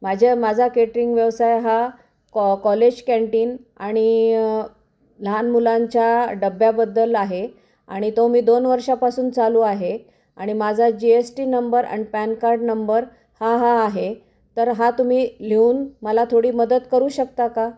माझ्या माझा केटरिंग व्यवसाय हा कॉ कॉलेज कँटिन आणि लहान मुलांच्या डब्याबद्दल आहे आणि तो मी दोन वर्षांपासून चालू आहे आणि माझा जि एस टी नंबर आणि पॅन कार्ड णंबर हा हा आहे तर हा तुम्ही लिहून मला थोडी मदत करू शकता का